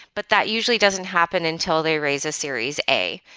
but that usually doesn't happen until they raise a series a,